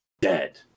dead